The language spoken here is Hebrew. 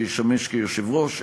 שישמש יושב-ראש,